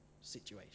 situation